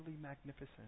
magnificent